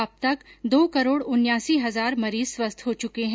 अब तक दो करोड उन्यासी हजार मरीज स्वस्थ हो चुके हैं